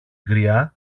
γριά